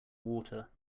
water